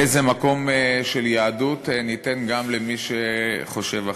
איזה מקום של יהדות ניתן גם למי שחושב אחרת.